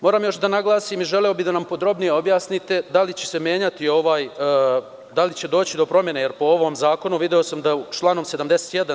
Moram još da naglasim i želeo bih da nam podrobnije objasnite da li će doći do promene, jer po ovom zakonu video sam da u članu 71.